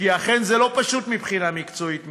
כי אכן זה לא פשוט מבחינה מקצועית מבצעית.